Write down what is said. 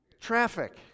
traffic